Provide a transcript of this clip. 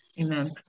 Amen